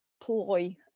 ploy